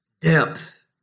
depth